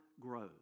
grows